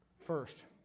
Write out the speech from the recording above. First